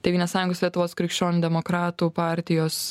tėvynės sąjungos lietuvos krikščionių demokratų partijos